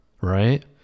right